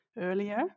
earlier